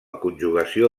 conjugació